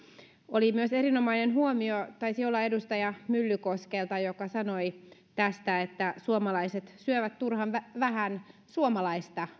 oli myös erinomainen huomio taisi olla edustaja myllykoskelta joka sanoi tästä että suomalaiset syövät turhan vähän suomalaista